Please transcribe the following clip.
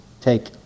take